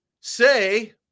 say